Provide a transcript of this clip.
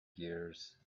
gears